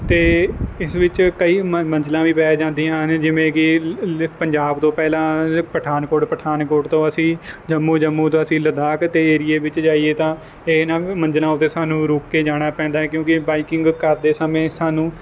ਅਤੇ ਇਸ ਵਿੱਚ ਕਈ ਮੰਜ਼ਿਲਾਂ ਵੀ ਪੈ ਜਾਂਦੀਆਂ ਨੇ ਜਿਵੇਂ ਕਿ ਪੰਜਾਬ ਤੋਂ ਪਹਿਲਾਂ ਪਠਾਨਕੋਟ ਪਠਾਨਕੋਟ ਤੋਂ ਅਸੀਂ ਜੰਮੂ ਜੰਮੂ ਤੋਂ ਅਸੀਂ ਲਦਾਖ ਦੇ ਏਰੀਏ ਵਿੱਚ ਜਾਈਏ ਤਾਂ ਇਹਨਾਂ ਮੰਜ਼ਿਲਾਂ ਉੱਤੇ ਸਾਨੂੰ ਰੁਕ ਕੇ ਜਾਣਾ ਪੈਂਦਾ ਹੈ ਕਿਉਂਕਿ ਬਾਈਕਿੰਗ ਕਰਦੇ ਸਮੇਂ ਸਾਨੂੰ